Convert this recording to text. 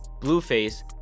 Blueface